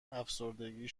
افسردگی